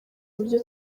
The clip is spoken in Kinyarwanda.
uburyo